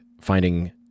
finding